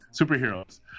superheroes